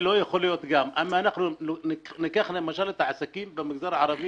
אם אנחנו ניקח למשל את העסקים במגזר הערבי